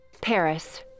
Paris